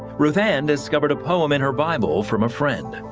ruth ann discovered a poem in her bible from a friend.